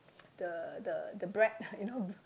the the the bread you know